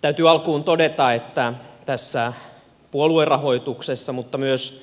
täytyy alkuun todeta että tässä puoluerahoituksessa mutta myös